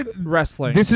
wrestling